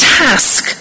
task